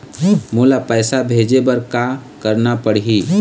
मोला पैसा भेजे बर का करना पड़ही?